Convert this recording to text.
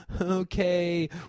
okay